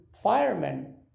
firemen